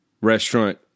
restaurant